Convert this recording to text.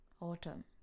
Autumn